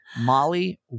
Molly